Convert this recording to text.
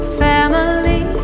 family